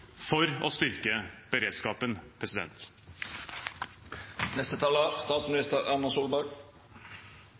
for å styrke beredskapen.